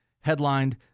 headlined